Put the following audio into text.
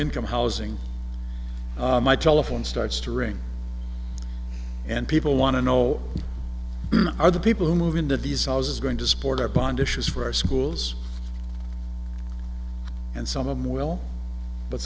income housing my telephone starts to ring and people want to know are the people who move into these cells is going to support our bond issues for our schools and some of them will